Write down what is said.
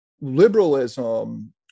liberalism